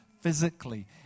physically